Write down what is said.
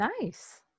Nice